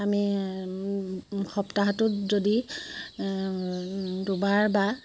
আমি সপ্তাহটোত যদি দুবাৰ বা